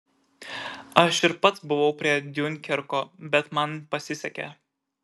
aš ir pats buvau prie diunkerko bet man pasisekė